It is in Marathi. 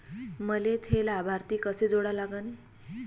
मले थे लाभार्थी कसे जोडा लागन?